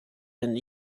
been